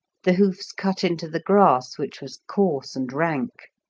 the hoofs cut into the grass, which was coarse and rank.